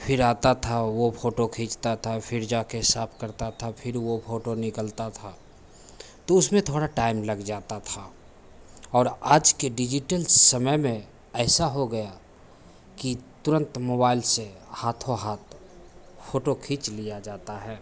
फ़िर आता था वह फ़ोटो खींचता था फ़िर जाकर साफ़ करता था फ़िर वह फ़ोटो निकलता था तो उसमें थोड़ा टाइम लगता था पर आज के युग में डिजिटल समय में ऐसा हो गया कि तुरंत मोबाइल से हाथों हाथ फ़ोटो खींच लिया जाता है